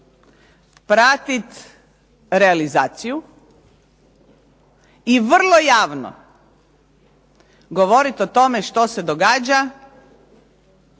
pratiti realizaciju i vrlo javno govoriti o tome što se događa